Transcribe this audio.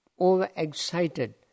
over-excited